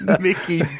Mickey